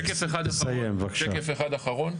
שקף אחד אחרון.